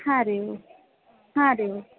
ಹಾಂ ರೀ ಹಾಂ ರೀ